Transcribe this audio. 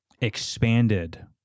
expanded